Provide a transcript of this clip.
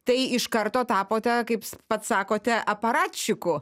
tai iš karto tapote kaip pats sakote aparačiku